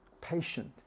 patient